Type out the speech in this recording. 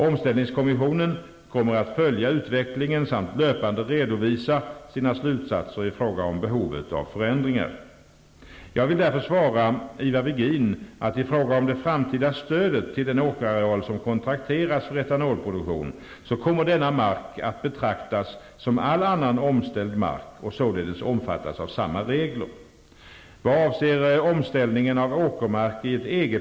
Omställningskommissionen kommer att följa utvecklingen samt löpande redovisa sina slutsatser i fråga om behovet av förändringar. Jag vill därför svara Ivar Virgin på frågan om det framtida stödet till den åkerareal som kontrakteras för etanolproduktion att denna mark kommer att betraktas som all annan omställd mark och således omfattas av samma regler.